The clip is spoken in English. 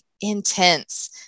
intense